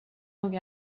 nog